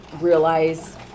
realize